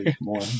More